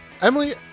Emily